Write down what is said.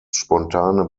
spontane